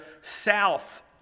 south